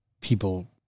people